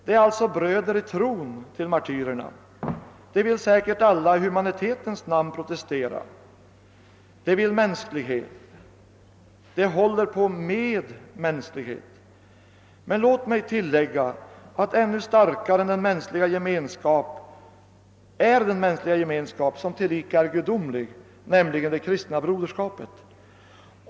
De är alltså i tron bröder till martyrerna. Säkert vill de alla i humanitetens namn protestera. De vill mänsklighet! De håller på medmänsklighet! Men låt mig tilllägga att ännu starkare är den mänskliga gemenskap som tillika är gudomlig, nämligen det kristna broderskapet.